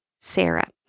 sarah